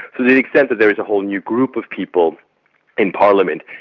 to the extent that there is a whole new group of people in parliament,